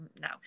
no